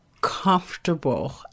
comfortable